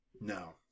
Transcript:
no